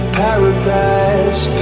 paradise